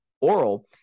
oral